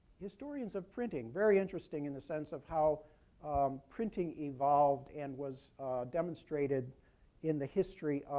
historians of printing very interesting in the sense of how printing evolved and was demonstrated in the history